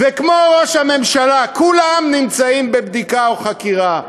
וכמו ראש הממשלה, כולם נמצאים בבדיקה או חקירה.